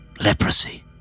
leprosy